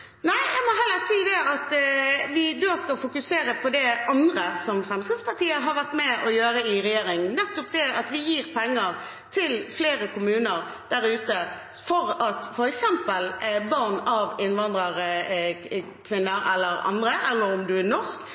Nei, jeg må heller si at vi da skal fokusere på det andre som Fremskrittspartiet har vært med på å gjøre i regjering, nettopp det at vi gir penger til flere kommuner der ute for at f.eks. barn av innvandrerkvinner eller andre – eller om man er norsk